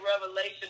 revelation